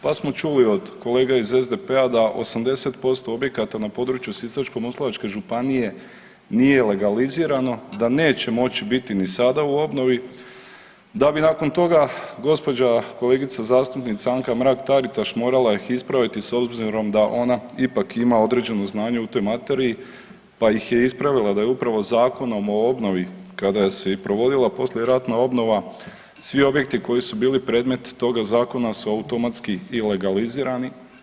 Pa smo čuli od kolega iz SDP-a da 80% objekata na području Sisačko-moslavačke županije nije legalizirano, da neće moći biti ni sada u obnovi da bi nakon toga gospođa kolegica zastupnica Anka Mrak Taritaš morala ih ispraviti s obzirom da ona ipak ima određeno znanje u toj materiji, pa ih je ispravila da je upravo Zakonom o obnovi kada se i provodila poslijeratna obnova svi objekti koji su bili predmet toga Zakona su automatski i legalizirani.